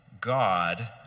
God